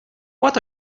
what